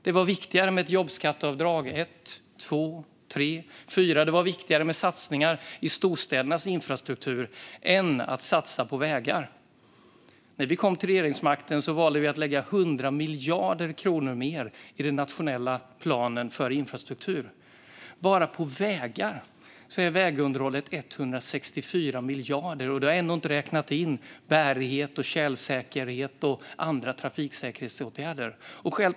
Det var viktigare med jobbskatteavdrag - ett, två, tre och fyra - och satsningar på storstädernas infrastruktur än att satsa på vägar. När vi kom till regeringsmakten valde vi att lägga 100 miljarder kronor mer i den nationella planen för infrastruktur. Bara för vägar ligger vägunderhållet på 164 miljarder, och då har jag ändå inte räknat in bärighet och tjälsäkerhet och andra trafiksäkerhetsåtgärder.